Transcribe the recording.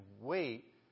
wait